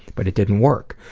but it didn't work.